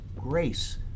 grace